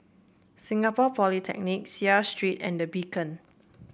Singapore Polytechnic Seah Street and The Beacon